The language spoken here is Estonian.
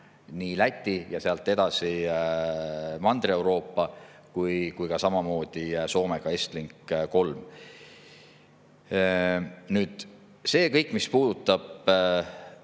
nii Läti ja sealt edasi Mandri-Euroopaga kui ka samamoodi Soomega Estlink 3 abil. Mis puudutab